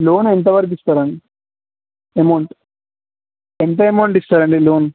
loan ఎంతవరకు ఇస్తారండి amount ఎంత ఎమౌంట్ ఇస్తారండి లోన్